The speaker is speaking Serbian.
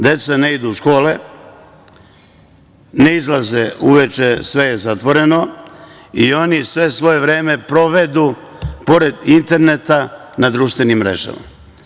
Deca ne idu u škole, ne izlaze uveče sve je zatvoreno i oni svo svoje vreme provedu pored interneta na društvenim mrežama.